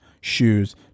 shoes